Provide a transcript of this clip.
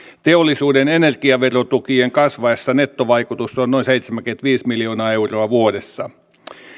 teollisuuden energiaverotukien kasvaessa nettovaikutus on noin seitsemänkymmentäviisi miljoonaa euroa vuodessa